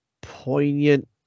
poignant